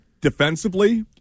Defensively